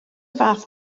fath